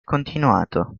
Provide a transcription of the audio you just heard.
continuato